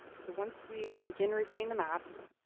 so once we begin reviewing the map,